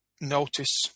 notice